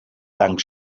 dank